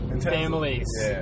Families